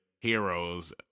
heroes